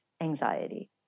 anxiety